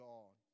God